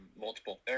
multiple